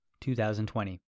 2020